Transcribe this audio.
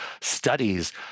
studies